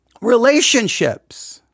relationships